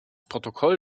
protokoll